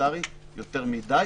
פרלמנטרי זה יותר מדיי,